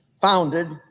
founded